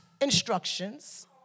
instructions